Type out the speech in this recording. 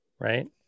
right